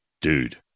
Dude